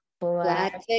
Black